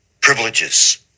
privileges